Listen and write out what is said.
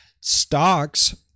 stocks